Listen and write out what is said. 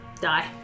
Die